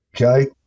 okay